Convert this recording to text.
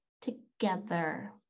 together